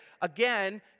Again